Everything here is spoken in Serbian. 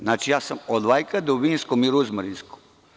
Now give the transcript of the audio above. Znači, ja sam odvajkada u vinskom i ruzmarinskom.